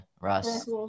Russ